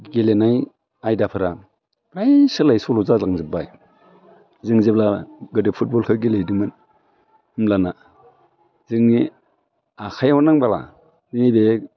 गेलेनाय आयदाफ्रा फ्राय सोलाय सोल' जालांजोब्बाय जों जेब्ला गोदो फुटबलखौ गेलेदोंमोन होमब्लाना जोंनि आखाइयाव नांबोला नैबे